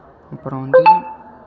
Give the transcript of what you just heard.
அப்புறம் வந்து